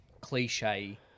cliche